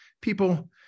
people